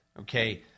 okay